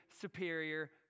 superior